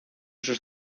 sus